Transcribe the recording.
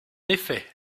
effet